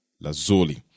lazuli